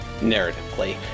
narratively